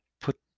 put